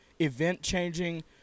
event-changing